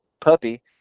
puppy